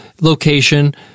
location